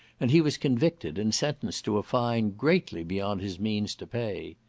and he was convicted, and sentenced to a fine greatly beyond his means to pay.